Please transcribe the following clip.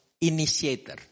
initiator